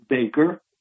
baker